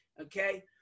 okay